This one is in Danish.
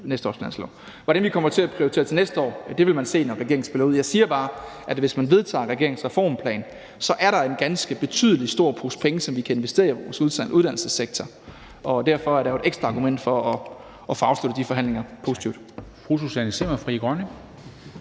Hvordan vi kommer til at prioritere til næste år, vil man se, når regeringen spiller ud. Jeg siger bare, at hvis man vedtager regeringens reformplan, så er der en ganske betydelig pose penge, som vi kan investere i vores uddannelsessektor, og derfor er der jo et ekstra argument for at få afsluttet de forhandlinger positivt.